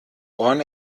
ohren